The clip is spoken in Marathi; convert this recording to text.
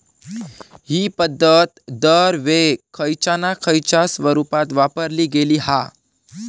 हि पध्दत दरवेळेक खयच्या ना खयच्या स्वरुपात वापरली गेली हा